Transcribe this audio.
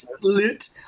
lit